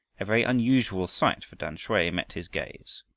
a very unusual sight for tamsui met his gaze.